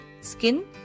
skin